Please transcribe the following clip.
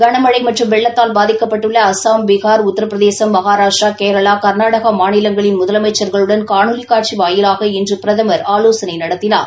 களமழை மற்றும் வெள்ளத்தால் பாதிக்கப்பட்டுள்ள அஸ்ஸாம் பீகார் உத்திரபிரதேஷ் மகாராஷ்டிரா கேரளா கா்நாடகா மாநிலங்களின் முதலமைச்சள்களுடன் காணொலி காட்சி வாயிவாக இன்று பிரதமா் ஆலோசனை நடத்தினார்